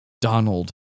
Donald